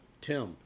Tim